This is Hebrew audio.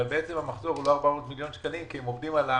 אבל בעצם המחזור הוא לא 400 מיליון שקלים כי הם עובדים על העמלות.